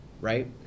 right